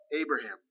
Abraham